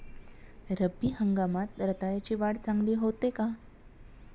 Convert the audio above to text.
रब्बी हंगामात रताळ्याची वाढ चांगली होते का?